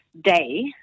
day